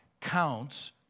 counts